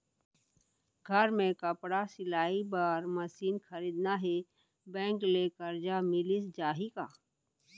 घर मे कपड़ा सिलाई बार मशीन खरीदना हे बैंक ले करजा मिलिस जाही का?